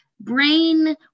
brain